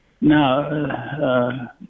now